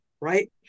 right